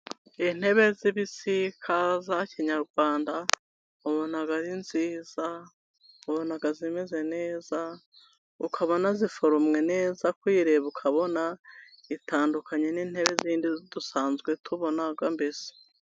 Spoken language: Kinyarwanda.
Intebe z'ibisika za kinyarwanda, ubona ari nziza, ubona zimeze neza, ukabona ziforumwe neza, kuyireba ukabona itandukanye n'intebe zindi dusanzwe tubona mbese.